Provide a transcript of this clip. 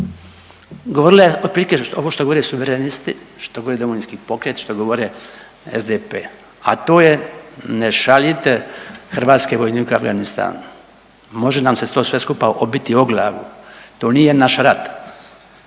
Govorila je otprilike ovo što govore Suverenisti, što govori Domovinski pokret, što govore SDP, a to je ne šaljite hrvatske vojnike u Afganistan, može nam se to sve skupa obiti o glavu, to nije naš rat.